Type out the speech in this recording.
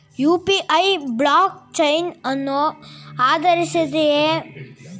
UPI blockchain ಅನ್ನು ಆಧರಿಸಿದೆಯೇ?